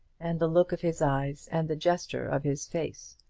and the look of his eyes, and the gesture of his face.